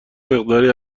مقداری